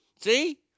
See